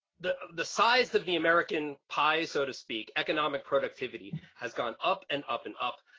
the, the size of the american pie, so to speak, economic productivity has gone up and up and up,